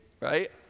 right